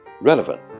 relevant